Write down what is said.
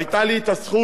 היתה לי הזכות